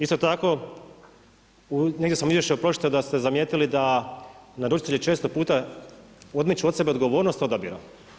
Isto tako negdje sam u izvješću pročitao da ste zamijetili da naručitelji često puta odmiču od sebe odgovornost odabira.